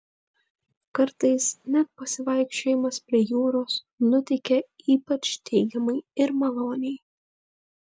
kartais net pasivaikščiojimas prie jūros nuteikia ypač teigiamai ir maloniai